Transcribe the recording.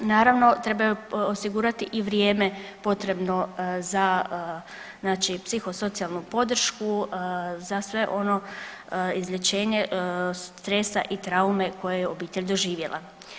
Naravno treba osigurati i vrijeme potrebno za znači psihosocijalnu podršku za sve ono izlječenje stresa i traume koje je obitelj doživjela.